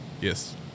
Yes